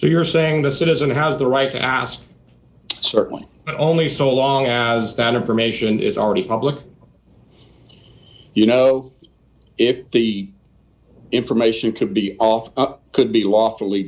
so you're saying the citizen has the right to ask certainly but only so long as that information is already public you know if the information could be off could be lawfully